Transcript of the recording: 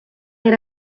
era